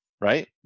right